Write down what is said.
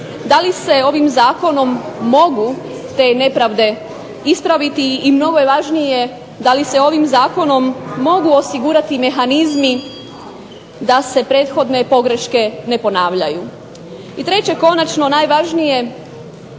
da li se ovim zakonom mogu te nepravde ispraviti i mnogo je važnije da li se ovim zakonom mogu osigurati mehanizmi da se prethodne pogreške ne ponavljaju. I treće, konačno najvažnije,